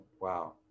wow